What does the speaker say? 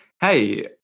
hey